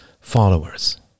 followers